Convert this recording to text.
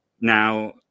Now